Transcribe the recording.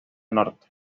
norte